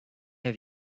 have